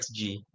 XG